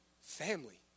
Family